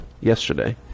yesterday